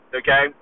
okay